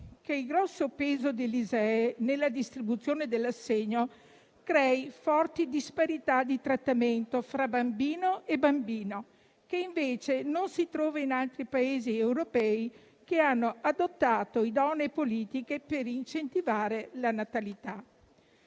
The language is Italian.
che il grosso peso dell'ISEE nella distribuzione dell'assegno crei forti disparità di trattamento fra bambino e bambino. Questo non accade in altri Paesi europei che hanno adottato idonee politiche per incentivare la natalità,